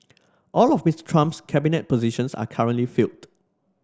all of Mister Trump's cabinet positions are currently filled